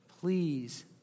please